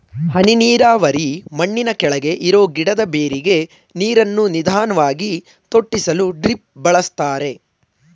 ಹನಿ ನೀರಾವರಿ ಮಣ್ಣಿನಕೆಳಗೆ ಇರೋ ಗಿಡದ ಬೇರಿಗೆ ನೀರನ್ನು ನಿಧಾನ್ವಾಗಿ ತೊಟ್ಟಿಸಲು ಡ್ರಿಪ್ ಬಳಸ್ತಾರೆ